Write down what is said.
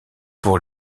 pour